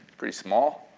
pretty small.